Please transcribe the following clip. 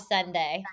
Sunday